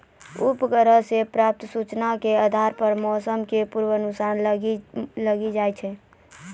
उपग्रह सॅ प्राप्त सूचना के आधार पर मौसम के पूर्वानुमान लगैलो जाय छै